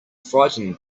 frightened